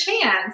chance